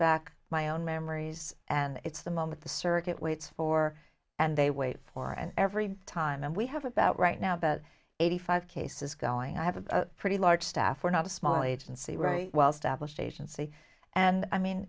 back my own memories and it's the moment the circuit waits for and they wait for and every time we have about right now about eighty five cases going i have a pretty large staff we're not a small agency write well established agency and i